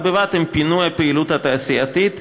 בד בבד עם פינוי הפעילות התעשייתית,